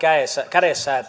kädessään